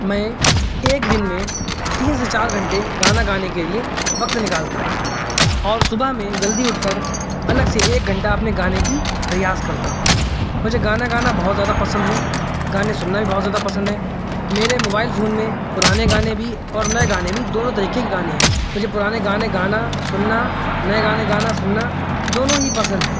میں ایک دن میں تین سے چار گھنٹے گانا گانے کے لیے وقت نکالتا ہوں اور صبح میں جلدی اٹھ کر الگ سے ایک گھنٹہ اپنے گانے کی ریاض کرتا ہوں مجھے گانا گانا بہت زیادہ پسند ہے گانے سننا بھی بہت زیادہ پسند ہیں میرے موبائل فون میں پرانے گانے بھی اور نئے گانے بھی دونوں طریقے کے گانے ہیں مجھے پرانے گانے گانا سننا نئے گانے گانا سننا دونوں ہی پسند ہیں